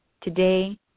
today